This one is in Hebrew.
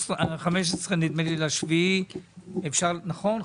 שעד ה-15.7.2023, נכון?